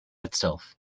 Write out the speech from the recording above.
itself